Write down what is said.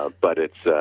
ah but it's